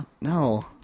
No